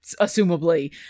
assumably